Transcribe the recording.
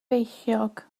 feichiog